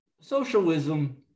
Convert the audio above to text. Socialism